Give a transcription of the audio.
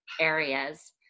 areas